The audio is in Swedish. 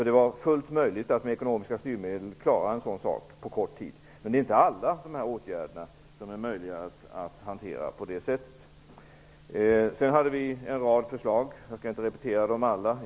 Det var fullt möjligt att med ekonomiska styrmedel klara en sådan sak på kort tid. Men det är inte alla åtgärder som är möjliga att hantera på det sättet. Vi hade rad enförslag; jag skall inte repetera dem alla.